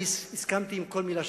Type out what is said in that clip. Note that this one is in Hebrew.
אני הסכמתי עם כל מלה שקראתי.